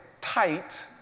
tight